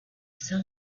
sell